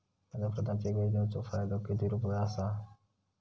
पंतप्रधान पीक योजनेचो फायदो किती रुपये आसा?